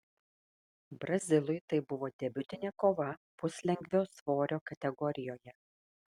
brazilui tai buvo debiutinė kova puslengvio svorio kategorijoje